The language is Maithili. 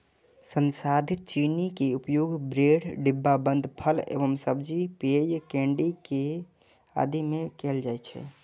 संसाधित चीनी के उपयोग ब्रेड, डिब्बाबंद फल एवं सब्जी, पेय, केंडी आदि मे कैल जाइ छै